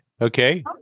Okay